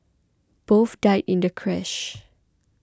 both died in the crash